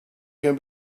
can